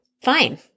fine